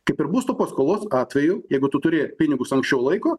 kaip ir būsto paskolos atveju jeigu tu turi pinigus anksčiau laiko